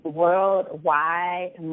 worldwide